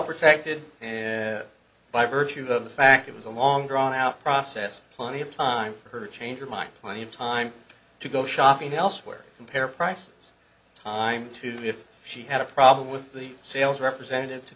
protected by virtue of the fact it was a long drawn out process plenty of time for her to change her mind plenty of time to go shopping elsewhere compare prices time to the if she had a problem with the sales representative to